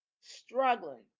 struggling